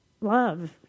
love